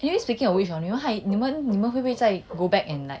generally speaking on 你们会不会在 go back and like